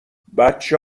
بچه